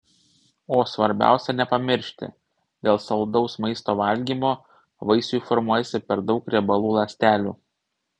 o svarbiausia nepamiršti dėl saldaus maisto valgymo vaisiui formuojasi per daug riebalų ląstelių